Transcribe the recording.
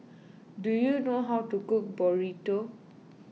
do you know how to cook Burrito